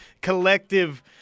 collective